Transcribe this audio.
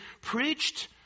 preached